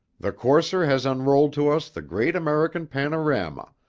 the courser has unrolled to us the great american panorama,